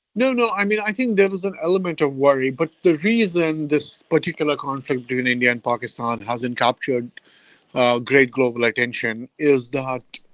no, no. i mean, i think there is an element of worry. but the reason this particular conflict between india and pakistan hasn't captured great global attention is that,